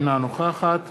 אינה נוכחת